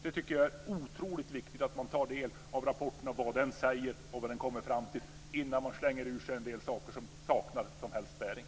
Jag tycker att det är otroligt viktigt att ta del av vad rapporten kommer fram till innan man slänger ur sig en del saker som saknar någon som helst bäring.